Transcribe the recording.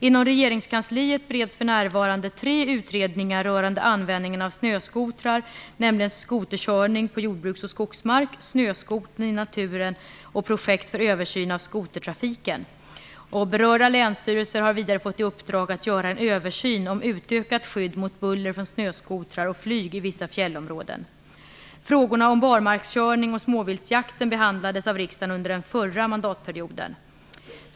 Inom regeringskansliet bereds för närvarande tre utredningar rörande användningen av snöskotrar, nämligen Skoterkörning på jordbruks och skogsmark, Snöskotern i naturen och Projekt för översyn av skotertrafiken. Berörda länsstyrelser har vidare fått i uppdrag att göra en översyn om utökat skydd mot buller från snöskotrar och flyg i vissa fjällområden. Frågorna om barmarkskörning och småviltsjakt behandlades av riksdagen under den förra mandatperioden.